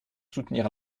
soutenir